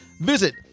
visit